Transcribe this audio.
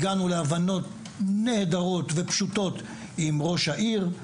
הגענו להבנות נהדרות ופשוטות עם ראש העיר,